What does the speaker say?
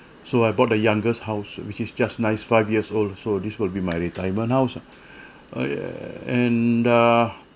so I bought the youngest house which is just nice five years old so this will be my retirement house ah err and uh